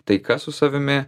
taika su savimi